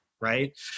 right